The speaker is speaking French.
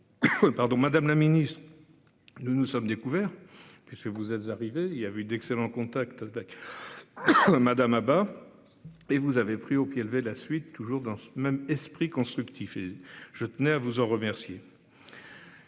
Madame la Ministre. Nous nous sommes découverts puisque vous êtes arrivé il y avait eu d'excellents contacts avec. Madame bah. Et vous avez pris au pied levé la suite toujours dans ce même esprit constructif et je tenais à vous en remercier.